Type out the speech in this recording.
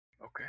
Okay